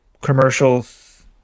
commercials